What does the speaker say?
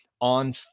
on